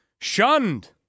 shunned